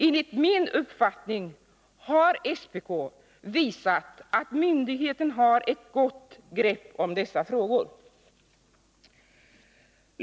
Enligt min uppfattning har SPK visat att myndigheten har ett gott grepp om dessa frågor.